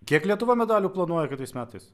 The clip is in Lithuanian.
kiek lietuva medalių planuoja kitais metais